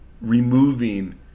removing